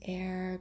air